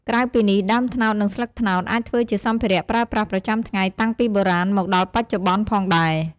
ក្រៅពីនេះដើមត្នោតនិងស្លឹកត្នោតអាចធ្វើជាសម្ភារៈប្រើប្រាសប្រចាំថ្ងៃតាំងពីបុរាណមកដល់បច្ចុប្បន្នផងដែរ។